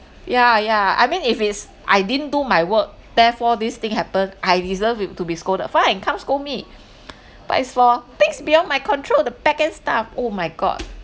yeah yeah I mean if it's I didn't do my work therefore this thing happened I deserve uh to be scolded fine and come scold me but as for things beyond my control the backend staff oh my god